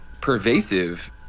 pervasive